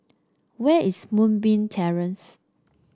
where is Moonbeam Terrace